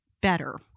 better